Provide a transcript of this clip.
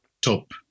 top